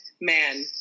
man